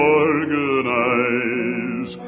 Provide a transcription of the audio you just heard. organize